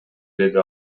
деди